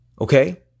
Okay